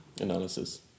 analysis